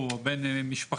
הוא או בן משפחתו,